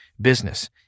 business